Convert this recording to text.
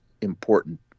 important